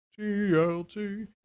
TLT